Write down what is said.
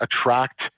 attract